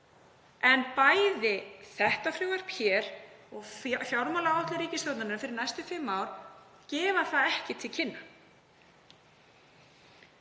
En bæði þetta frumvarp hér og fjármálaáætlun ríkisstjórnarinnar fyrir næstu fimm ár gefa það ekki til kynna.